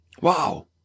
Wow